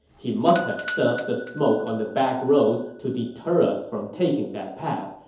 he must have set up the smoke on the backroad to deter us from taking that path,